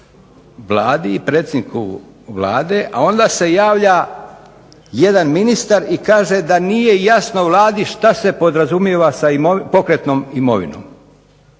Vladi i predsjedniku Vlade, a onda se javlja jedan ministar i kaže da nije jasno Vladi što se podrazumijeva sa pokretnom imovinom.